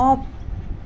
off